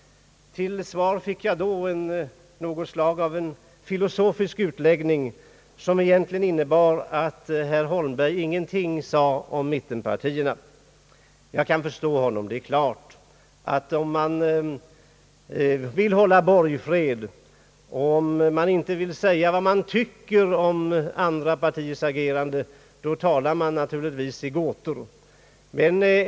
Till svar fick jag då något slags filosofisk utläggning, som egentligen innebar att herr Holmberg ingenting sade om mittenpartierna. Jag kan förstå honom. Om man vill hålla borgfred och om man inte vill säga vad man tycker om andra partiers agerande, då talar man naturligtvis i gåtor.